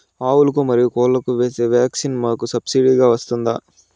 ఆవులకు, మరియు కోళ్లకు వేసే వ్యాక్సిన్ మాకు సబ్సిడి గా వస్తుందా?